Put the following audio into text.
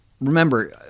Remember